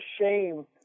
shame